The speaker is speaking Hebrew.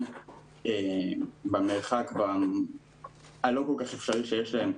עם מסכות במרחק הלא כל כך אפשרי שיש להם.